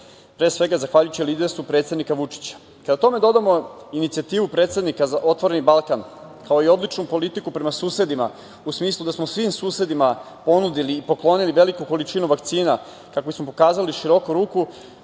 Pre svega zahvaljujući liderstvu predsednika Vučića. Kada tome dodao inicijativu predsednika za otvoreni Balkan, kao i odličnu politiku prema susedima u smislu da smo svim susedima ponudili i poklonili veliku količinu vakcina kako bismo pokazali široku ruku,